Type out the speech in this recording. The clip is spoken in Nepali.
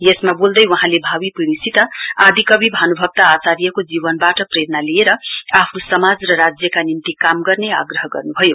यसमा बोल्दै वहाँले भावी पिढ़ीसित आदिकवि भान्भक्त आर्चायको जीवनवाट प्रेरणा लिएर आफ्नो समाज र राज्यका निम्ति काम गर्ने आग्रह गर्नुभयो